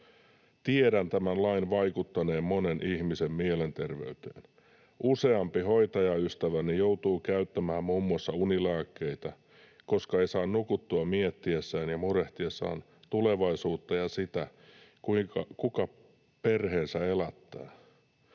”Tiedän tämän lain vaikuttaneen monen ihmisen mielenterveyteen. Useampi hoitajaystäväni joutuu käyttämään muun muassa unilääkkeitä, koska ei saa nukuttua miettiessään ja murehtiessaan tulevaisuutta ja sitä, kuinka perheensä elättää.